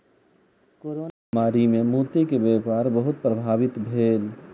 corona महामारी मे मोती के व्यापार बहुत प्रभावित भेल